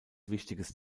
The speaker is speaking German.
wichtiges